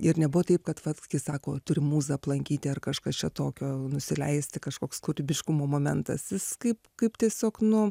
ir nebuvo taip kad vat sako turi mūza aplankyti ar kažkas čia tokio nusileisti kažkoks kūrybiškumo momentas jis kaip kaip tiesiog nu